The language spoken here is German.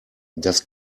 das